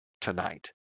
tonight